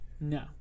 No